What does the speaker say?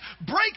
Break